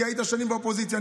כי היית שנים באופוזיציה.